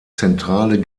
zentrale